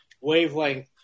wavelength